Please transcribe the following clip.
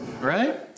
Right